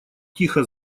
тихо